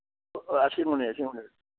ꯑ ꯑꯁꯦꯡꯕꯅꯦ ꯑꯁꯦꯡꯕꯅꯦ